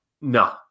No